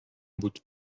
بود